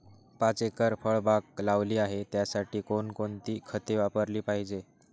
पाच एकर फळबाग लावली आहे, त्यासाठी कोणकोणती खते वापरली पाहिजे?